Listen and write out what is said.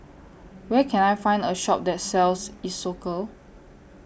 Where Can I Find A Shop that sells Isocal